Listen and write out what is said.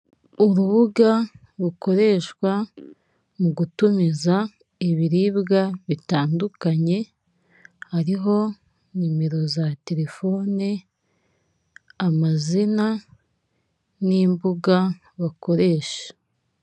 Urubuga rukoreshwa mu gutumiza ibiribwa bitandukanye, hariho nimero za telefone, amazina n'imbuga bakoresha.